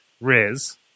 Riz